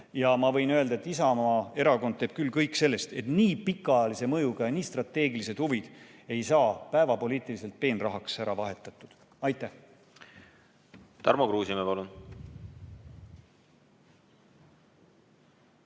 Ma võin öelda, et Isamaa Erakond teeb küll kõik selleks, et nii pikaajalise mõjuga ja nii strateegilised huvid ei saaks päevapoliitiliselt peenrahaks vahetatud. Aitäh!